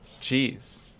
Jeez